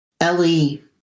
Ellie